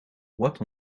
what